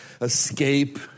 escape